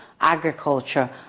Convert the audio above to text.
Agriculture